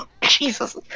Jesus